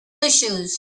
issues